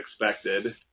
expected